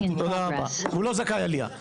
הוא לא זכאי עלייה.